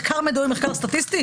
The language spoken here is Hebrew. מחקר מדורי מחקר סטטיסטי?